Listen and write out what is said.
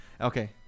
Okay